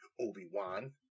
Obi-Wan